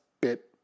bit